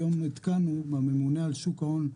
היום עודכנו מהממונה על שוק ההון,